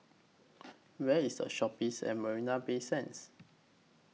Where IS The Shoppes At Marina Bay Sands